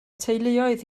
teuluoedd